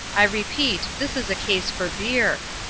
i repeat, this is a case for beer.